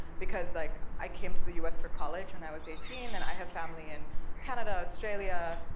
because like i came to the us for college when i was eighteen, and i have family in canada, australia,